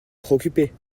préoccuper